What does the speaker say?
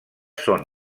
són